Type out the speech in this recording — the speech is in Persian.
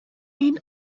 این